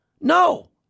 no